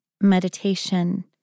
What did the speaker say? Meditation